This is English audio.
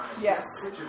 Yes